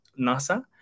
NASA